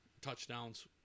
touchdowns